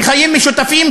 בחיים משותפים,